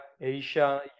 Asia